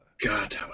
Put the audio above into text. God